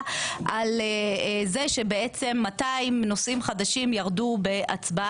על זה שבעצם 200 נושאים חדשים ירדו בהצבעה.